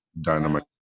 Dynamite